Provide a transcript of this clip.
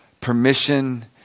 permission